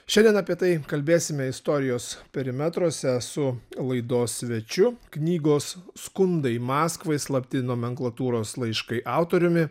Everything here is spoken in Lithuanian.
šiandien apie tai kalbėsime istorijos perimetruose su laidos svečiu knygos skundai maskvai slapti nomenklatūros laiškai autoriumi